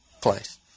place